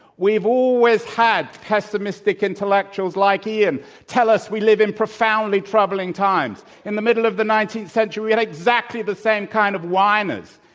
we've always had pessimistic intellectuals like ian tell us we live in profoundly troubling times. in the middle of the nineteenth century, we had exactly the same kind of whiners,